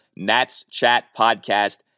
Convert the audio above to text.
natschatpodcast